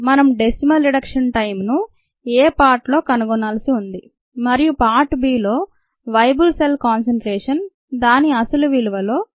మనం "decimal reduction time" ను a పార్టులో కనుగొనాల్సి ఉంటుంది మరియు పార్టు b లో "వేయబుల్ సెల్ కాన్సెన్ట్రేషన్" దాని అసలు విలువలో 0